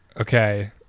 Okay